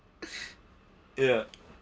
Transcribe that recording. ya